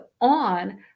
on